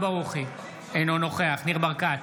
אינו נוכח ניר ברקת,